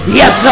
yes